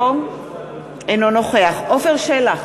אינו נוכח עפר שלח,